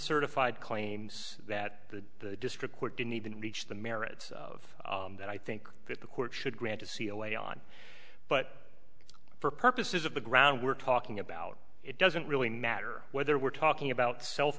certified claims that the district court didn't even reach the merits of that i think that the court should grant to see a way on but for purposes of the ground we're talking about it doesn't really matter whether we're talking about self